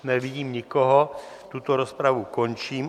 Nevidím nikoho, tuto rozpravu končím.